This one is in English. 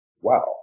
wow